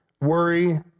worry